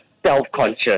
Self-conscious